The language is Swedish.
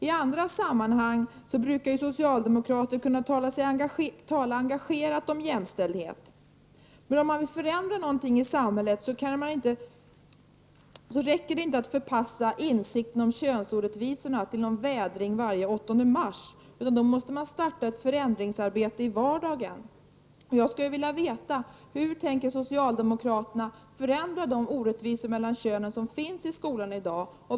I andra sammanhang brukar ju socialdemokrater kunna tala engagerat om jämställdhet. Men om man vill förändra något i samhället räcker det ju inte med att förpassa insikten om könsorättvisorna till någon form av vädring den 8 mars varje år. Man måste i så fall påbörja ett förändringsarbete i vardagen.